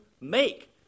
make